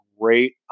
great